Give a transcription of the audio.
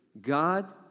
God